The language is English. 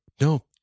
no